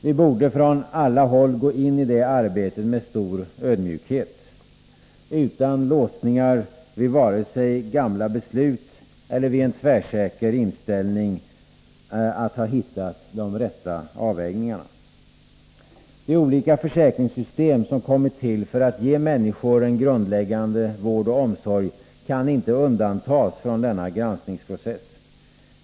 Vi borde från alla håll gå in i det arbetet med stor ödmjukhet, utan låsningar vare sig vid gamla beslut eller vid en tvärsäker inställning att ha hittat de rätta avvägningarna. De olika försäkringssystem som kommit till för att ge människor en grundläggande vård och omsorg kan inte undantas från denna granskningsprocess.